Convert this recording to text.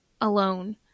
alone